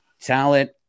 talent